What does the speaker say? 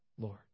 Lord